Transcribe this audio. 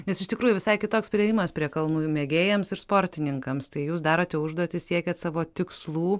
nes iš tikrųjų visai kitoks priėjimas prie kalnų mėgėjams ir sportininkams tai jūs darote užduotis siekiat savo tikslų